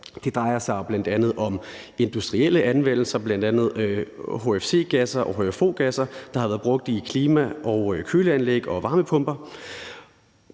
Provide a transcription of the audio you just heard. Det drejer sig bl.a. om industrielle anvendelser af bl.a. HFC-gasser og HFO-gasser, der har været brugt i klima- og køleanlæg og varmepumper.